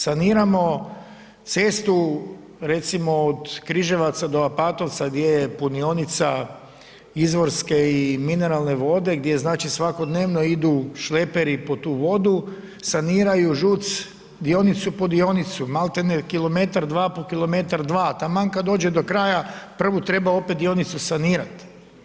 Saniramo cestu recimo od Križevaca do Apatovca gdje je punionica izvorske i mineralne vode, gdje znači svakodnevno idu šleperi po tu vodu, saniraju ŽUC dionicu po dionici, malti ne kilometar, dva po kilometar, dva, taman kad dođe do kraja, prvu treba opet dionicu sanirat.